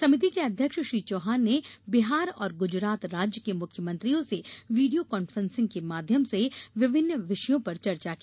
समिति के अध्यक्ष श्री चौहान ने बिहार और गुजरात राज्य के मुख्यमंत्रियों से वीडियो कांफ्रेसिंग के माध्यम से विभिन्न विषयों पर चर्चा की